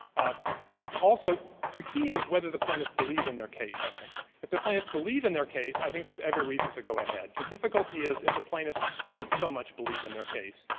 also, the key is whether the plaintiffs believe in their case, i think. if the plaintiffs believe in their case, i think there's every reason to go ahead. the difficulty is, if the plaintiffs don't so much believe in their case,